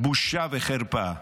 בושה וחרפה.